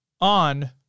on